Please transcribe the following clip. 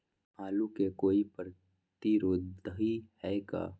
आलू के कोई प्रतिरोधी है का?